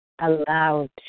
allowed